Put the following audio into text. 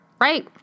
right